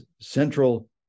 central